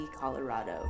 Colorado